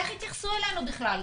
איך יתייחסו אלינו בכלל?